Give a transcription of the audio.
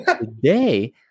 today